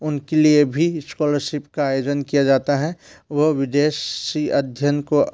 उनके लिए भी इस्कॉलरसिप का आयोजन किया जाता है व विदेशी अध्ययन को